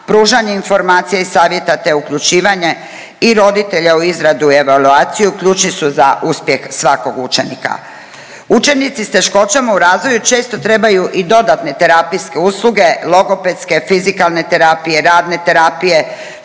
pružanje informacija i savjeta te uključivanje i roditelja u izradu i evaluaciju, ključni su za uspjeh svakog učenika. Učenici s teškoćama u razvoju često trebaju i dodatne terapijske usluge, logopedske, fizikalne terapije, radne terapije, škole bi